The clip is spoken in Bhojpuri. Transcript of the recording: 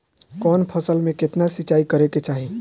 कवन फसल में केतना सिंचाई करेके चाही?